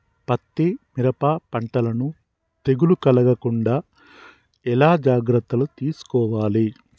పత్తి మిరప పంటలను తెగులు కలగకుండా ఎలా జాగ్రత్తలు తీసుకోవాలి?